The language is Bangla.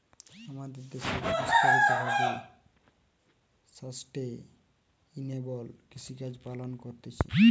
আমাদের দ্যাশে বিস্তারিত ভাবে সাস্টেইনেবল কৃষিকাজ পালন করতিছে